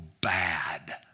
bad